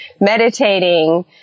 meditating